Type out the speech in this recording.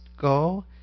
go